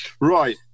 Right